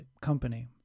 company